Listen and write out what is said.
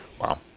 Wow